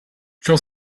ciò